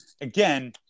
again